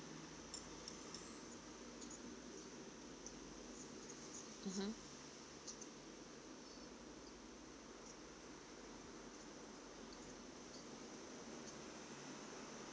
mmhmm